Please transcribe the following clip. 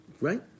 Right